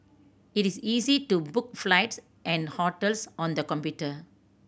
it is easy to book flights and hotels on the computer